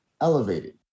elevated